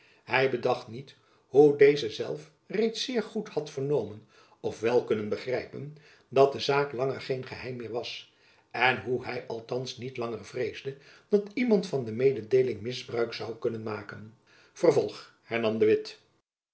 hy bedacht niet hoe deze zelf reeds zeer goed had vernomen of wel kunnen begrijpen dat de zaak langer geen geheim meer was en hoe hy althands niet langer vreesde dat iemand van de mededeeling misbruik zoû kunnen maken vervolg hernam de witt